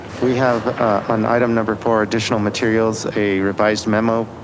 we have an item number four, additional materials, a revised memo,